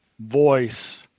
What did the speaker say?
voice